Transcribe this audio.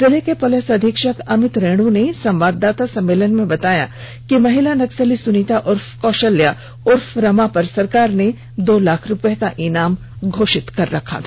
जिले के पुलिस अधीक्षक अमित रेणु ने संवाददाता सम्मेलन में बताया कि महिला नक्सली सुनीता उर्फ कौशल्या उर्फ रमा पर सरकार ने दो लाख रुपये का इनाम घोषित कर रखा था